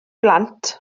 blant